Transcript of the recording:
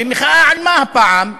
ומחאה על מה, הפעם?